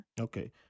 Okay